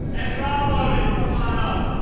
and rob bowden, come on up.